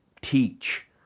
teach